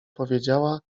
powiedziała